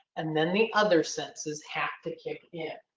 and then the other senses have to kick in.